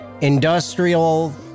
industrial